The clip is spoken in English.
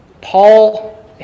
Paul